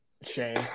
Shane